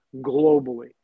globally